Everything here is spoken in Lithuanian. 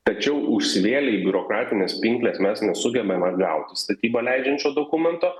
tačiau užsivėlę į biurokratines pinkles mes nesugebame gauti statybą leidžiančio dokumento